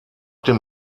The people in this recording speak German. dem